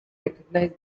recognize